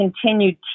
continued